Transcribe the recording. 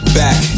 back